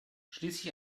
schließlich